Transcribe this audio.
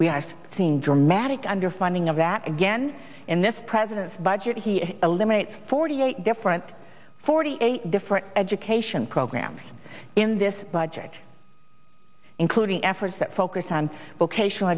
we have seen dramatic underfunding of that again in this president's budget he eliminates forty eight different forty eight different education programs in this budget including the efforts that focus on vocational